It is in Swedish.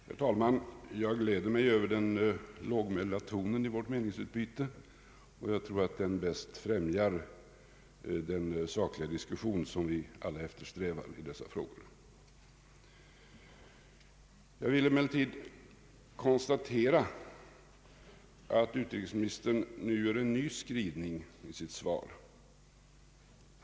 Herr talman! Jag gläder mig över den lågmälda tonen i vårt meningsutbyte, och jag tror att den bäst främjar den sakliga diskussion som vi alla eftersträvar i dessa frågor. Jag vill emellertid konstatera att utrikesministern nu gör en ny glidning i sitt svar.